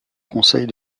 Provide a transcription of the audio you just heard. conseils